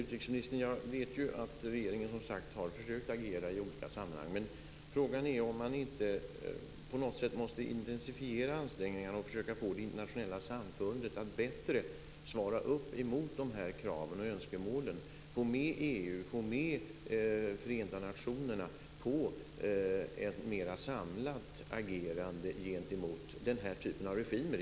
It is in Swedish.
Fru talman! Jag vet, utrikesministern, att regeringen har försökt att agera i olika sammanhang. Men frågan är om man inte på något sätt måste intensifiera ansträngningarna och försöka få det internationella samfundet att bättre svara upp mot de här kraven och önskemålen, att få med EU och Förenta nationerna på ett mera samlat agerande gentemot den här typen av regimer.